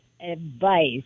advice